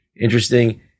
interesting